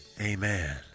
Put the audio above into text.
Amen